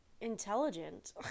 intelligent